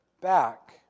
back